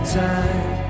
time